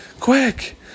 Quick